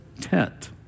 tent